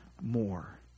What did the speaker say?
more